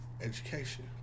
Education